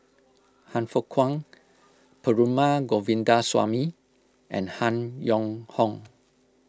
Han Fook Kwang Perumal Govindaswamy and Han Yong Hong